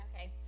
Okay